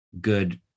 good